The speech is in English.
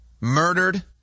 Murdered